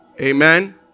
Amen